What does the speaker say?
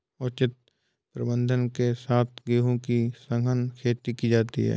उचित प्रबंधन के साथ गेहूं की सघन खेती की जाती है